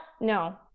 no